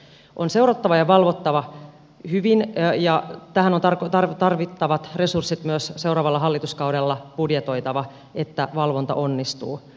tätä on seurattava ja valvottava hyvin ja tähän on tarvittavat resurssit myös seuraavalla hallituskaudella budjetoitava jotta valvonta onnistuu